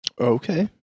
Okay